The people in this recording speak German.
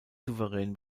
souverän